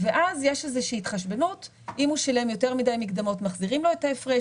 בכל מקרה,